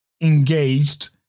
engaged